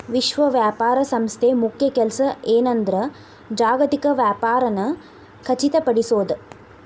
ವಿಶ್ವ ವ್ಯಾಪಾರ ಸಂಸ್ಥೆ ಮುಖ್ಯ ಕೆಲ್ಸ ಏನಂದ್ರ ಜಾಗತಿಕ ವ್ಯಾಪಾರನ ಖಚಿತಪಡಿಸೋದ್